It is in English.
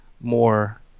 more